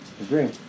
Agree